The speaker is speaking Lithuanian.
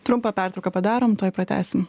trumpą pertrauką padarom tuoj pratęsim